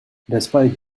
despite